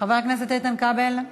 חבר הכנסת איתן כבל,